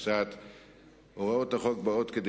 התשס"ט 2009. הוראות החוק באות כדי